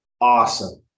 awesome